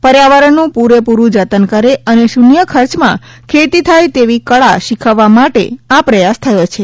પર્યાવરણનું પૂરેપુરું જતન કરે અને શૂન્ય ખર્ચ માં ખેતી થાય તેવી કળા શીખવવા માટે આ પ્રયાસ થયો છે